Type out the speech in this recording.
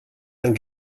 ein